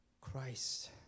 Christ